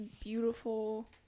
beautiful